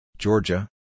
Georgia